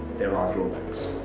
there are drawbacks.